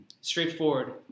straightforward